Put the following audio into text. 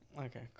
Okay